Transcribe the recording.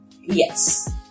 Yes